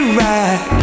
right